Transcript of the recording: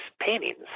paintings